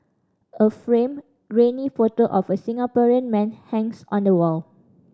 a framed grainy photo of the Singaporean man hangs on the wall